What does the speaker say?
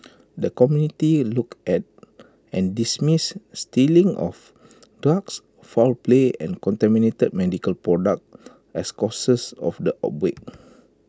the committee looked at and dismissed stealing of drugs foul play and contaminated medical products as causes of the outbreak